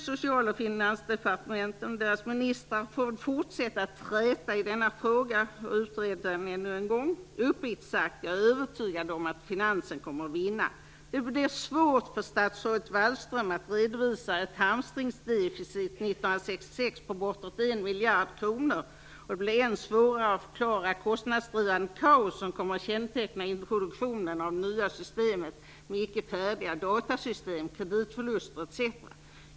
Social och Finansdepartementen och deras ministrar får fortsätta att träta i denna fråga och utreda den ännu en gång. Uppriktigt sagt, är jag övertygad om att finansen kommer att vinna. Det är svårt för statsrådet Wallström att redovisa ett hamstringsdeficit 1996 på bortåt 1 miljard kronor. Det blir än svårare att förklara det kostnadsdrivande kaos som kommer att känneteckna introduktionen av det nya systemet, med icke färdiga datasystem, kreditförluster etc.